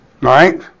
right